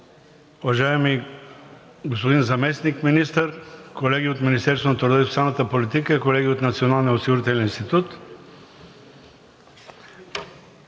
уважаеми господин Заместник-министър, колеги от Министерството на труда и социалната политика, колеги от Националния осигурителен институт!